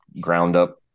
ground-up